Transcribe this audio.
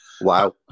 Wow